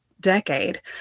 decade